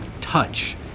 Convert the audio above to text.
touch